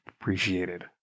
appreciated